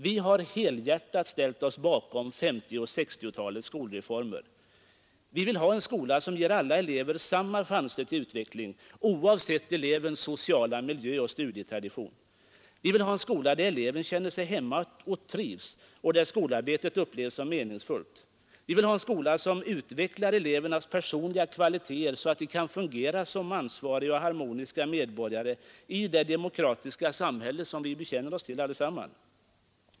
Vi har helhjärtat ställt oss bakom 1950 och 1960-talens skolreformer. Vi vill ha en skola som ger alla elever samma chanser till utveckling oavsett elevens sociala miljö och studietradition. Vi vill ha en skola, där eleven känner sig hemma och trivs och där skolarbetet upplevs som meningsfullt. Vi vill ha en skola som utvecklar elevernas personliga kvaliteter så att de kan fungera som ansvariga och harmoniska medborgare i det demokratiska samhälle som vi alla bekänner oss till.